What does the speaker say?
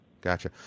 Gotcha